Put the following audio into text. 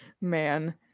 Man